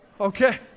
okay